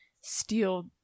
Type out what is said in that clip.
steal